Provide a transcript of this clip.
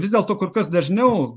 vis dėlto kur kas dažniau